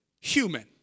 human